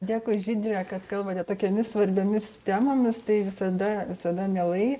dėkui žydre kad kalbate tokiomis svarbiomis temomis tai visada visada mielai